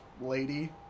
lady